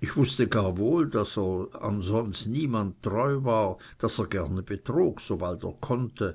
ich wußte gar wohl daß er an niemand sonst treu war daß er betrog sobald er konnte